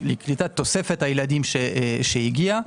לקליטת תוספת הילדים שהגיעה.